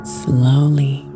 slowly